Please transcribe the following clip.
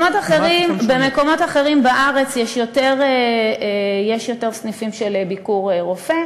במקומות אחרים בארץ יש יותר סניפים של "ביקורופא".